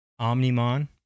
Omnimon